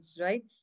right